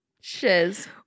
Shiz